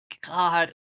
god